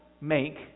make